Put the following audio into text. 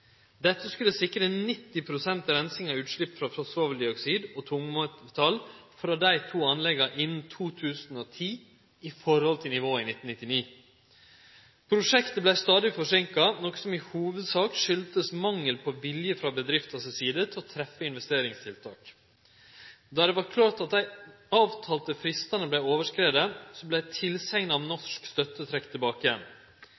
Dette skulle sikre 90 pst. av reinsing av utsleppa av svoveldioksid og tungmetall frå dei to anlegga innan 2010, i forhold til nivået i 1999. Prosjektet vart stadig forseinka, noko som i hovudsak kom av at det var mangel på vilje frå bedrifta si side til å treffe investeringsvedtak. Då det vart klart at dei avtalte fristane